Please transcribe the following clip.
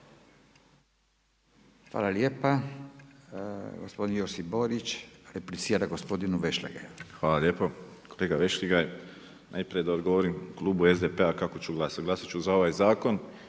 Hvala lijepa. Gospodin Josip Borić, replicira gospodinu Vešligaju. **Borić, Josip (HDZ)** Hvala lijepo. Kolega Vešligaj, najprije da odgovorim klubu SDP-a kako ću glasati, glasati ću za ovaj zakon